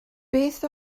beth